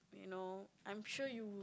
you know I'm sure you